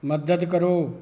ਮਦਦ ਕਰੋ